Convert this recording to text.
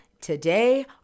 today